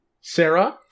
Sarah